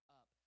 up